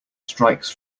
strikes